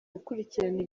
gukurikirana